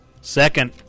Second